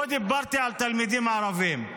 לא דיברתי על התלמידים הערבים.